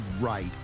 right